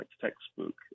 textbook